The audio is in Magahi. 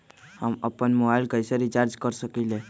हम अपन मोबाइल कैसे रिचार्ज कर सकेली?